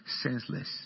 senseless